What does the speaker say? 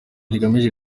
rigamije